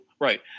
right